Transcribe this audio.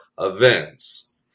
events